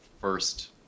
first